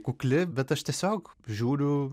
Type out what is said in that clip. kukli bet aš tiesiog žiūriu